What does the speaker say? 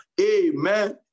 Amen